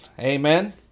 amen